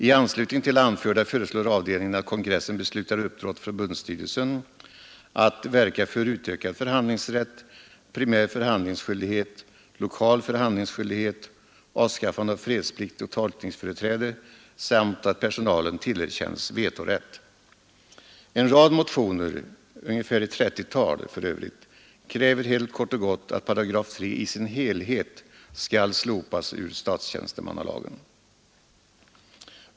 I anslutning till det anförda föreslår avdelningen att kongressen beslutar uppdra åt förbundsstyrelsen att verka för utökad förhandlingsrätt, primär förhandlingsskyldighet, lokal förhandlingsskyldighet, avskaffande av fredsplikt och tolkningsföreträde samt att personalen tillerkänns vetorätt. I ett trettiotal motioner krävs kort och gott att 3§ i sin helhet skall slopas i statstjänstemannalagen.